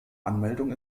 anmeldung